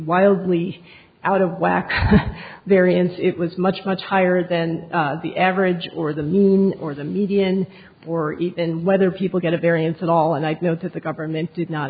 wildly out of whack there eons it was much much higher than the average or the mean or the median or even whether people get a variance at all and i know that the government did not